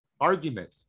argument